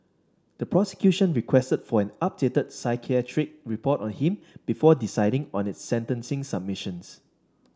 the prosecution requested for an updated psychiatric report on him before deciding on its sentencing submissions